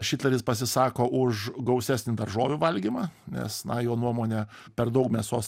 šitleris pasisako už gausesnį daržovių valgymą nes na jo nuomone per daug mėsos